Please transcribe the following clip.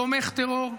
תומך טרור,